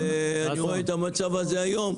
ואני רואה את המצב הזה היום.